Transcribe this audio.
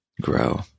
grow